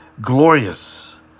glorious